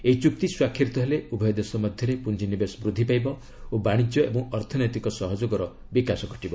ଏହି ଚୁକ୍ତି ସ୍ୱାକ୍ଷରିତ ହେଲେ ଉଭୟ ଦେଶ ମଧ୍ୟରେ ପୁଞ୍ଜିନିବେଶ ବୃଦ୍ଧିପାଇବ ଓ ବାଣିଜ୍ୟ ଏବଂ ଅର୍ଥନୈତିକ ସହଯୋଗର ବିକାଶ ଘଟିବ